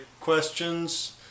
questions